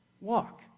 walk